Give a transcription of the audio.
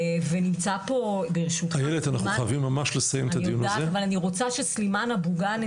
אני רוצה שסלימאן אבו גאנם,